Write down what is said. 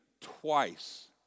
twice